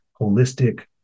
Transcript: holistic